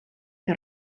que